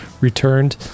returned